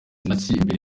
imbere